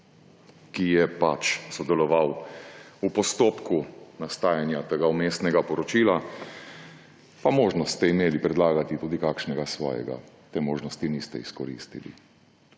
ki je sodeloval v postopku nastajanja tega vmesnega poročilo. Pa imeli ste možnost predlagati tudi kakšnega svojega. Te možnosti niste izkoristili.